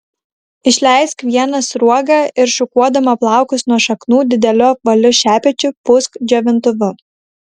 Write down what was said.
išleisk vieną sruogą ir šukuodama plaukus nuo šaknų dideliu apvaliu šepečiu pūsk džiovintuvu